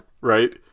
Right